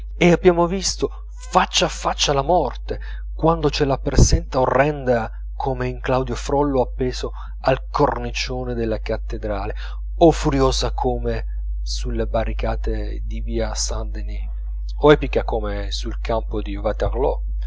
e abbiamo visto faccia a faccia la morte quando ce la presenta orrenda come in claudio frollo appeso al cornicione della cattedrale o furiosa come sulla barricata di via saint denis o epica come sul campo di